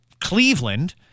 Cleveland